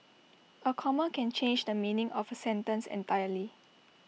A comma can change the meaning of A sentence entirely